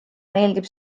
meeldib